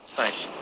Thanks